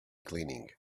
cleaning